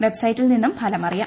വെബ്സൈറ്റിൽ നിന്നും ഫലം അറിയാം